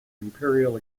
imperial